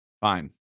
fine